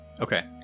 Okay